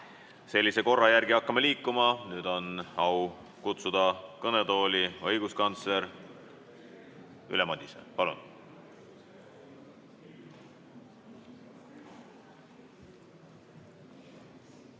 Sellise korra järgi hakkame liikuma. Nüüd on au kutsuda kõnetooli õiguskantsler Ülle Madise. Palun!